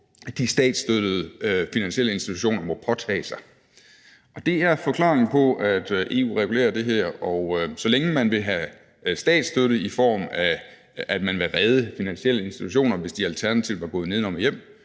de statsstøttede finansielle institutioner må påtage sig. Det er forklaringen på, at EU regulerer det her. Og så længe man vil have statsstøtte, i form af at man vil redde finansielle institutioner, hvis de alternativt var gået nedenom og hjem,